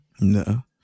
no